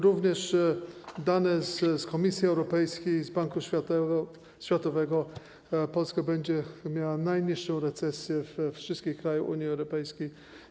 Również dane z Komisji Europejskiej, z Banku Światowego: Polska będzie miała najniższą recesję ze wszystkich krajów Unii Europejskiej.